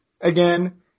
again –